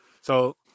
So-